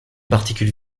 particule